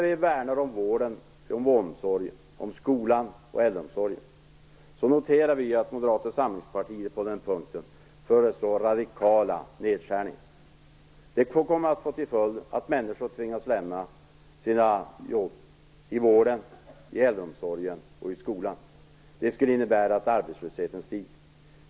Vi värnar om vården, omsorgen, skolan och äldreomsorgen, men vi noterar att Moderata samlingspartiet på den punkten föreslår radikala nedskärningar. Det skulle få till följd att människor tvingades lämna sina jobb inom vården, äldreomsorgen och skolan. Det i sin tur skulle innebära ökad arbetslöshet.